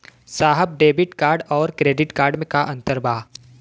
साहब debit card और credit card में का अंतर बा?